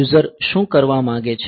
user શું કરવા માંગે છે